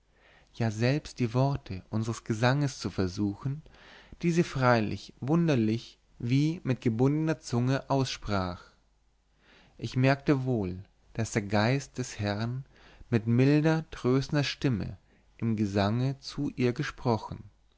ja selbst die worte unsers gesanges zu versuchen die sie freilich wunderlich wie mit gebundener zunge aussprach ich merkte wohl daß der geist des herrn mit milder tröstender stimme im gesange zu ihr gesprochen